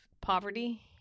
poverty